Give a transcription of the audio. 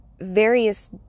various